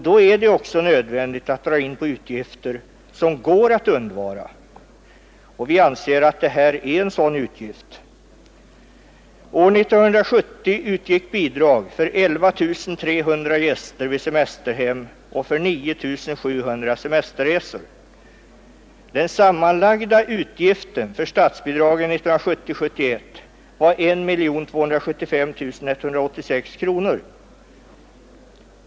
Då är det nödvändigt att dra in på utgifter som går att undvara, och vi anser att detta är en sådan utgift. År 1970 utgick bidrag för 11 300 gäster vid semesterhem och för 9 700 semesterresor. Den sammanlagda utgiften för dessa statsbidrag var 1970/71 1 275 186 kronor.